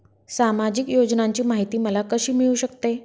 सामाजिक योजनांची माहिती मला कशी मिळू शकते?